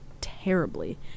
terribly